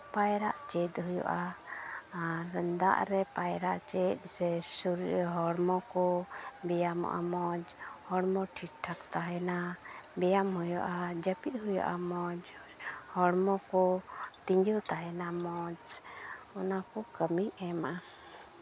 ᱯᱟᱭᱨᱟᱜ ᱪᱮᱫ ᱦᱩᱭᱩᱜᱼᱟ ᱟᱨ ᱫᱟᱜ ᱨᱮ ᱯᱟᱭᱨᱟᱜ ᱪᱮᱫ ᱥᱮ ᱦᱚᱲᱢᱚ ᱠᱚ ᱵᱮᱭᱟᱢᱚᱜᱼᱟ ᱢᱚᱡᱽ ᱦᱚᱲᱢᱚ ᱴᱷᱤᱠ ᱴᱷᱟᱠ ᱛᱟᱦᱮᱱᱟ ᱵᱮᱭᱟᱢ ᱦᱩᱭᱩᱜᱼᱟ ᱡᱟᱹᱯᱤᱫ ᱦᱩᱭᱩᱜᱼᱟ ᱢᱚᱡᱽ ᱦᱚᱲᱢᱚ ᱠᱚ ᱛᱤᱡᱟᱹᱣ ᱛᱟᱦᱮᱱᱟ ᱢᱚᱡᱽ ᱚᱱᱟ ᱠᱚ ᱠᱟᱹᱢᱤ ᱮᱢᱟ